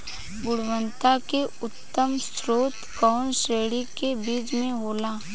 गुणवत्ता क उच्चतम स्तर कउना श्रेणी क बीज मे होला?